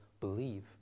believe